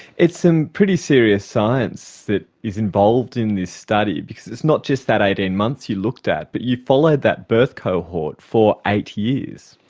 it's some pretty serious science that is involved in this study because it's not just that eighteen months that you looked at, but you followed that birth cohort for eight years.